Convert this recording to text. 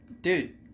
Dude